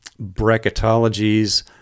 bracketologies